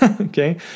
Okay